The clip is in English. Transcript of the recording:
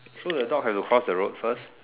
so the dog has to cross the road first